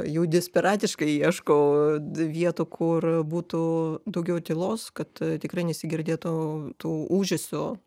jau desperatiškai ieškau vietų kur būtų daugiau tylos kad tikrai nesigirdėtų to ūžesio